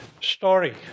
story